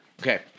Okay